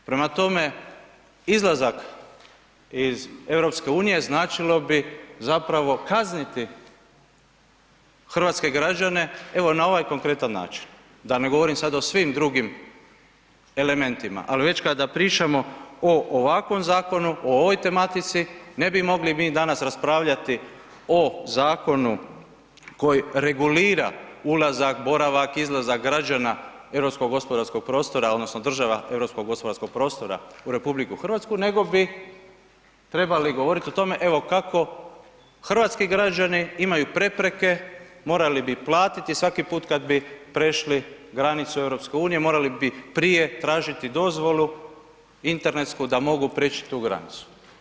Prema tome, izlazak iz EU-a značilo bi zapravo kazniti hrvatske građane evo na ovaj konkretan način, da ne govorim sada o svim drugim elementima ali već kada pričamo o ovakvom zakonu, o ovoj tematici, ne bi mogli mi danas raspravljati o zakonu koji regulira ulazak, boravak, izlazak građana europskog gospodarskog prostora odnosno država europskog gospodarskog prostora u RH nego bi trebali govoriti o tome evo kako hrvatski građani imaju prepreke, morali bi platiti svaki put kad bi prešli granicu EU-a, morali bi prije tražiti dozvolu internetsku da mogu prijeći tu granicu.